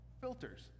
filters